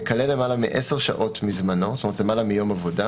מכלה למעלה מעשה שעות מזמנו כלומר למעלה מיום עבודה